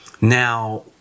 Now